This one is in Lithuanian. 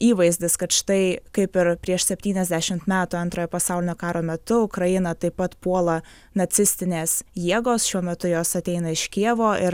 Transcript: įvaizdis kad štai kaip ir prieš septyniasdešimt metų antrojo pasaulinio karo metu ukrainą taip pat puola nacistinės jėgos šiuo metu jos ateina iš kijevo ir